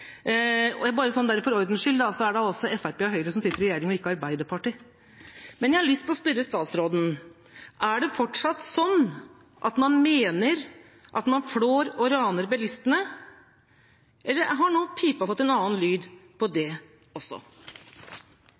Bare for ordens skyld: Det er altså Fremskrittspartiet og Høyre som sitter i regjering, og ikke Arbeiderpartiet. Men jeg har lyst til å spørre statsråden: Er det fortsatt sånn at man mener at man flår og raner bilistene, eller har pipa nå fått en annen lyd her også?